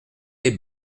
les